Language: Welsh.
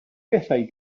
bethau